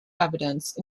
evidence